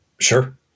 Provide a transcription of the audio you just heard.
Sure